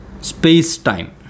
space-time